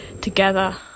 together